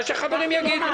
מה שהחברים יגידו.